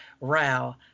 row